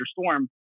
storm